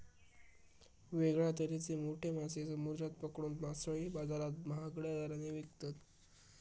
वेगळ्या तरेचे मोठे मासे समुद्रात पकडून मासळी बाजारात महागड्या दराने विकतत